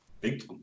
Big